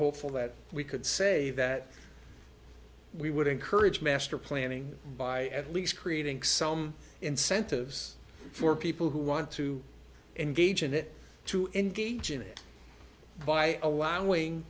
hopeful that we could say that we would encourage master planning by at least creating some incentives for people who want to engage in it to engage in it by allowing